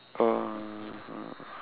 (uh huh)